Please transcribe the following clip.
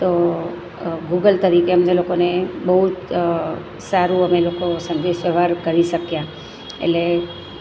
તો ગુગલ તરીકે અમને લોકોને બહુ જ સારું અમે સંદેશા વ્યહવાર કરી શક્યા એટલે